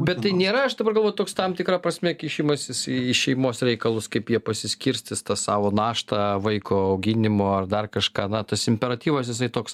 bet tai nėra aš dabar galvoju toks tam tikra prasme kišimasis į šeimos reikalus kaip jie pasiskirstys tą savo naštą vaiko auginimo ar dar kažką na tas imperatyvas jisai toks